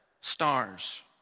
stars